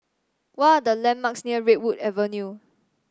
what are the Landmarks near Redwood Avenue